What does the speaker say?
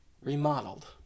remodeled